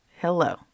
Hello